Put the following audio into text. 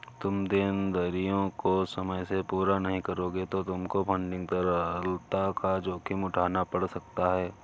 तुम देनदारियों को समय से पूरा नहीं करोगे तो तुमको फंडिंग तरलता का जोखिम उठाना पड़ सकता है